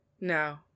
no